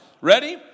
Ready